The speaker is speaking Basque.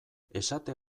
esate